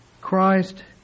Christ